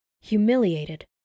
humiliated